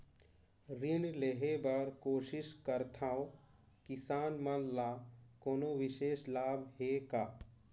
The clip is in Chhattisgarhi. ऋण लेहे बर कोशिश करथवं, किसान मन ल कोनो विशेष लाभ हे का?